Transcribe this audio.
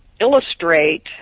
illustrate